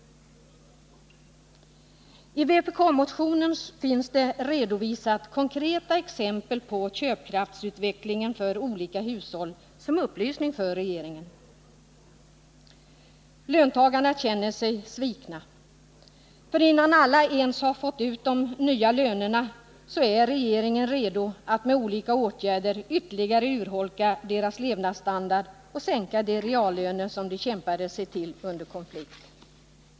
I vpk-motionen finns redovisat konkreta exempel på köpkraftsutvecklingen för olika hushåll som en upplysning för regeringen. Löntagarna känner sig svikna, för innan alla ens har fått de nya lönerna utbetalda är regeringen redo att med olika åtgärder ytterligare urholka deras levnadsstandard och sänka de reallöner som de kämpade sig till under konflikten.